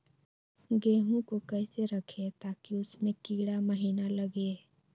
गेंहू को कैसे रखे ताकि उसमे कीड़ा महिना लगे?